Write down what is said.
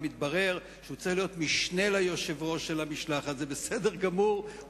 אם יתברר שהוא צריך להיות משנה ליושב-ראש של המשלחת זה בסדר גמור,